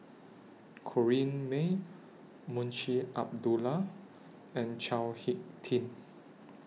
Corrinne May Munshi Abdullah and Chao Hick Tin